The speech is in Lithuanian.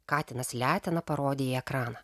katinas letena parodė į ekraną